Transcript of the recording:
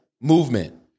movement